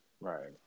right